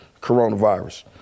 coronavirus